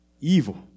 Evil